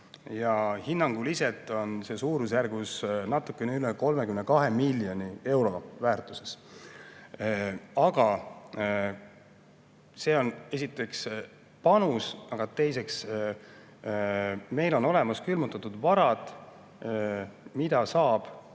on. Hinnanguliselt on seda vara suurusjärgus natukene üle 32 miljoni euro väärtuses. See on esiteks panus. Aga teiseks meil on olemas külmutatud varad, mida saab